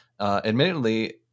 admittedly